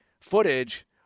footage